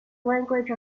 language